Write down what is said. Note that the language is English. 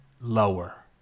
lower